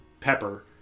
pepper